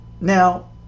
now